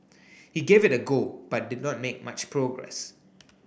he gave it a go but did not make much progress